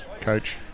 coach